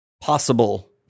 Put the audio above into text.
possible